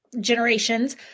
generations